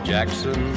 Jackson